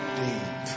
deep